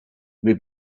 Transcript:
may